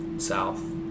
south